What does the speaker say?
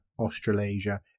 Australasia